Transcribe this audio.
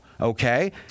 Okay